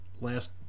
last